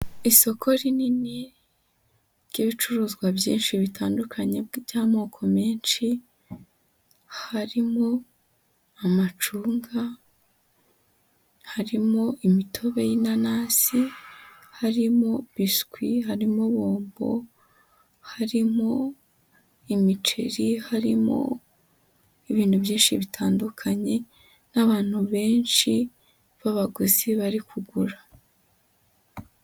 Isoko rinini ry'ibicuruzwa byinshi bitandukanye by'amoko menshi, harimo amacunga, harimo imitobe y'inanasi, harimo biswi, harimo bombo, harimo imiceri, harimo ibintu byinshi bitandukanye, n'abantu benshi, b'abaguzi bari kugura.